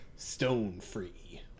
Stone-free